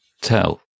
tell